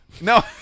No